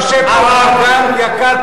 יושב פה אדם יקר,